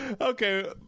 okay